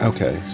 Okay